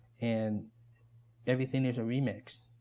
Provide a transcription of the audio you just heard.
and everything is a remix.